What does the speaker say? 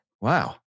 Wow